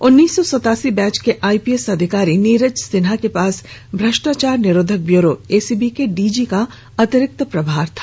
उन्नीस सौ सतासी बैच के आइपीएस अधिकारी नीरज सिन्हा के पास भ्रष्टाचार निरोधक ब्यूरो एसीबी के डीजी का अतिरिक्त प्रभार था